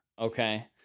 Okay